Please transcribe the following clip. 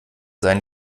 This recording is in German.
sein